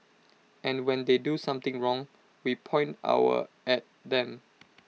and when they do something wrong we point our at them